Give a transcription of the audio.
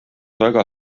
väga